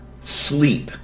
sleep